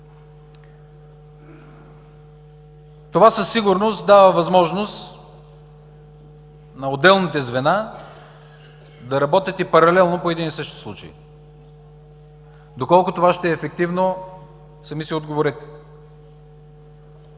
Това със сигурност дава възможност на отделните звена да работят и паралелно по един и същи случай. Доколко това ще е ефективно, сами си отговорете.